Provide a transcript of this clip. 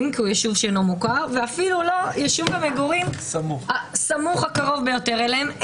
כי הוא יישוב לא מוכר ואפילו לא יישוב סמוך הקרוב ביותר אליהם,